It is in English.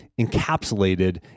encapsulated